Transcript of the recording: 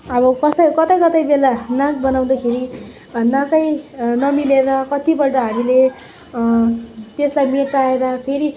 अब कसै कतै कतै बेला नाक बनाउँदाखेरि नाकै नमिलेर कतिपल्ट हामीले त्यसलाई मेटाएर फेरि